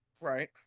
Right